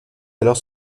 alors